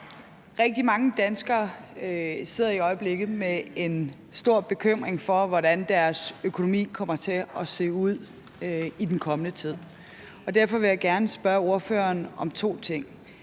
Rigtig mange danskere sidder i øjeblikket med en stor bekymring over, hvordan deres økonomi kommer til at se ud i den kommende tid. Derfor vil jeg gerne spørge ordføreren om to ting.